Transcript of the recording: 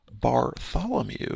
Bartholomew